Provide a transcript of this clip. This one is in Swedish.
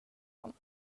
dem